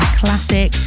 classic